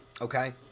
okay